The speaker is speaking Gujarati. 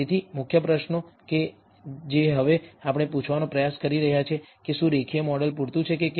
તેથી મુખ્ય પ્રશ્નો કે જે હવે આપણે પૂછવાનો પ્રયાસ કરી રહ્યા છીએ કે શું રેખીય મોડેલ પૂરતું છે કે કેમ